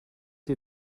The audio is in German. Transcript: dir